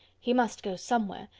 he must go somewhere,